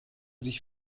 sich